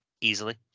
easily